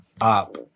up